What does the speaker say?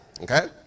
okay